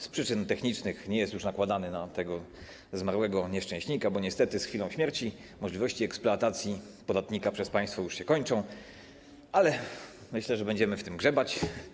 Z przyczyn technicznych nie jest już nakładany na zmarłego nieszczęśnika, bo niestety z chwilą śmierci możliwości eksploatacji podatnika przez państwo już się kończą, myślę jednak, że będziemy w tym grzebać.